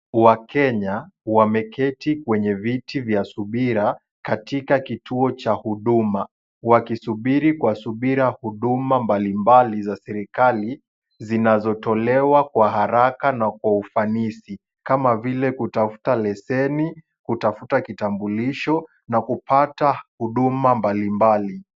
Wakenya wameketi kwenye viti vya subira katika kituo cha huduma, wakisubiri kwa subira huduma mbali mbali za serikali, zinazotolewa kwa haraka na kwa ufanisi kama vile kutafuta leseni, kutafuta kitambulisho na kupata huduma mbali mbali.